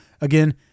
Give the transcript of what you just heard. Again